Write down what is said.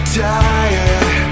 tired